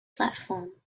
platform